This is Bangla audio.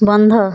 বন্ধ